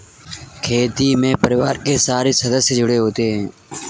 खेती में परिवार के सारे सदस्य जुड़े होते है